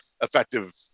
effective